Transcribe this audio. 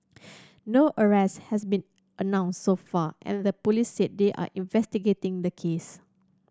no arrests have been announced so far and the police said they are investigating the case